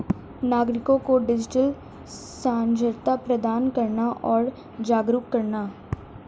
नागरिको को डिजिटल साक्षरता प्रदान करना और जागरूक करना